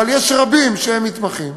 אבל יש רבים שהם מתמחים,